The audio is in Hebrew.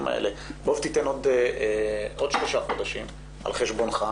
האלה שייתן עוד שלושה חודשים על חשבונו,